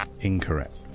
Incorrect